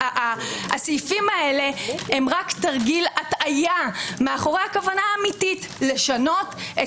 הסעיפים האלה הם רק תרגיל הטעיה מאחורי הכוונה האמיתית לשנות את